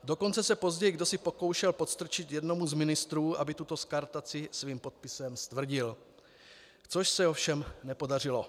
Dokonce se později kdosi pokoušel podstrčit jednomu z ministrů, aby tuto skartaci svým podpisem stvrdil, což se ovšem nepodařilo.